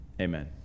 Amen